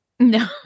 No